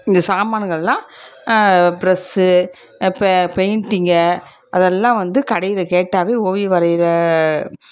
இந்த சாமான்களெலாம் ப்ரஸ்ஸு ப பெயிண்ட்டிங்கு அதெல்லாம் வந்து கடையில் கேட்டாலே ஓவியம் வரைகிற